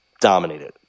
dominated